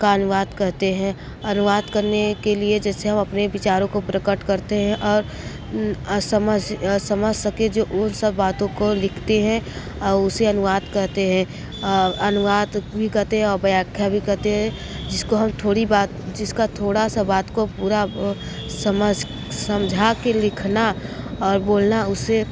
का अनुवाद कहते है अनुवाद करने के लिए जैसे हम अपने विचारों को प्रकट करते हैं और असमस्य समझ सके जो उन सब बातों को लिखते हैं उसे अनुवाद कहते है अनुवाद भी कहते है और व्यख्या भी कहते है जिसको हम ठोड़ी बात जिसका थोड़ा सा बात को पूरा समझ समझा के लिखना और बोलना उसे